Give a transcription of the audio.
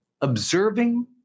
observing